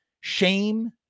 shame